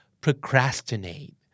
Procrastinate